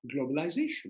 globalization